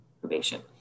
probation